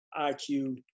IQ